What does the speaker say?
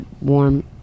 warm